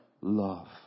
love